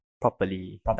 properly